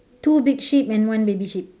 two big sheep and one baby sheep